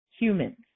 humans